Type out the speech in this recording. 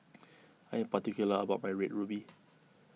I am particular about my Red Ruby